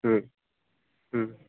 Om Om